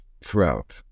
throughout